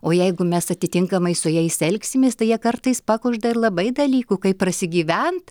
o jeigu mes atitinkamai su jais elgsimės tai jie kartais pakužda ir labai dalykų kaip prasigyvent